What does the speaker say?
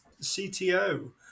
CTO